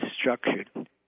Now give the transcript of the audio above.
structured